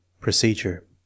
Procedure